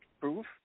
Proof